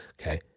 okay